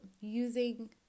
using